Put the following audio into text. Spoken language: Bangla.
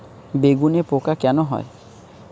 বেগুনে পোকা কেন হয়?